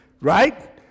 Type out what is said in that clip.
right